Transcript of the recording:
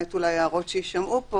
למעט הערות שיעלו פה